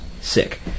Sick